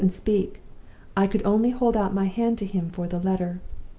i couldn't speak i could only hold out my hand to him for the letter.